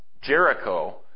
Jericho